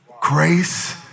grace